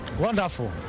wonderful